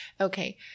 okay